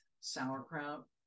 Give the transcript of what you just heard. sauerkraut